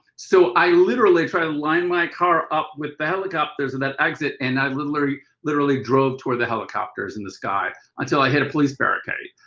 so i literally tried to line my car up with the helicopters and that exit and i literally literally drove toward the helicopters in the sky, until i hit a police barricade,